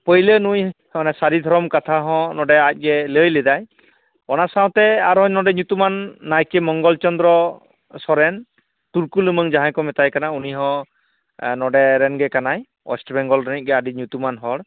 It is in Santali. ᱯᱳᱭᱞᱳ ᱱᱩᱭ ᱚᱱᱟ ᱥᱟᱹᱨᱤ ᱫᱷᱚᱨᱚᱢ ᱠᱟᱛᱷᱟ ᱦᱚᱸ ᱱᱚᱰᱮ ᱟᱡᱜᱮᱭ ᱞᱟᱹᱭ ᱞᱮᱫᱟ ᱚᱱᱟ ᱥᱟᱶᱛᱮ ᱟᱨᱦᱚᱸ ᱱᱚᱰᱮ ᱧᱩᱛᱩᱢᱟᱱ ᱱᱟᱭᱠᱮ ᱢᱚᱝᱜᱚᱞ ᱪᱚᱱᱫᱨᱚ ᱥᱚᱨᱮᱱ ᱛᱩᱲᱠᱩ ᱞᱩᱢᱟᱹᱝ ᱡᱟᱦᱟᱸᱭ ᱠᱚ ᱢᱮᱛᱟᱭ ᱠᱟᱱᱟ ᱩᱱᱤ ᱦᱚᱸ ᱱᱚᱰᱮ ᱨᱮᱱ ᱜᱮ ᱠᱟᱱᱟᱭ ᱣᱮᱥᱴ ᱵᱮᱝᱜᱚᱞ ᱨᱮᱱᱤᱡ ᱜᱮ ᱟᱹᱰᱤ ᱧᱩᱛᱩᱢᱟᱱ ᱦᱚᱲ